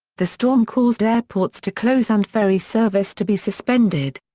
the storm caused airports to close and ferry service to be suspended.